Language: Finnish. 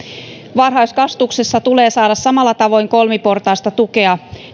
varhaiskasvatuksessa tulee saada samalla tavoin kolmiportaista tukea